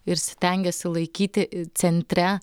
ir stengiasi laikyti centre